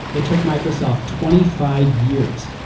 it took microsoft twenty five years,